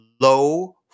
low